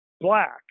black